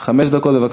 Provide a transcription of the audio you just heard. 1751, 1802